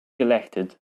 elected